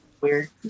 Weird